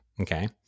Okay